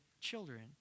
children